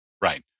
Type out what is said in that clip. Right